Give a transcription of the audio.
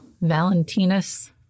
Valentinus